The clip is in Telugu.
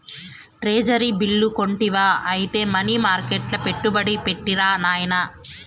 ట్రెజరీ బిల్లు కొంటివా ఐతే మనీ మర్కెట్ల పెట్టుబడి పెట్టిరా నాయనా